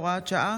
הוראת שעה,